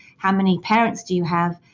how many parents do you have?